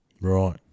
right